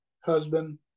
husband